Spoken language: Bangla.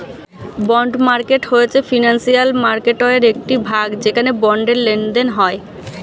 বন্ড মার্কেট হয়েছে ফিনান্সিয়াল মার্কেটয়ের একটি ভাগ যেখানে বন্ডের লেনদেন হয়